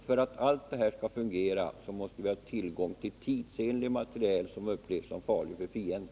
För att allt det här skall fungera måste vi ha tidsenlig materiel som upplevs som farlig för fienden.